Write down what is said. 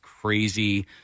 crazy